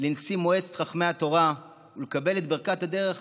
לנשיא מועצת חכמי התורה ולקבל את ברכת הדרך